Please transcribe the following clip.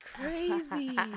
crazy